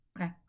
Okay